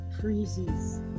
freezes